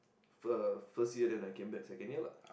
first first year then I came back second year lah